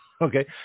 okay